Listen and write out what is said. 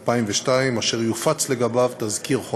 2002, אשר יופץ לגביו תזכיר חוק.